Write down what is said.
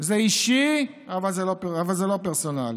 זה אישי, אבל זה לא פרסונלי.